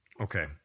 Okay